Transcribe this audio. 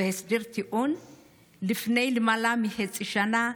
בהסדר טיעון לפני למעלה מחצי שנה,